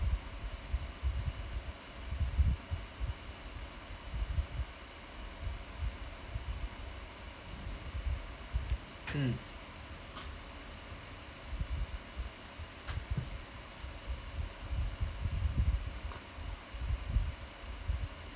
mm